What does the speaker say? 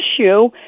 issue